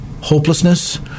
hopelessness